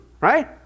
right